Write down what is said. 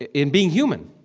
in being human.